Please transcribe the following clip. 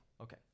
Okay